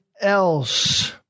else